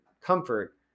comfort